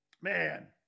Man